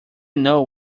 know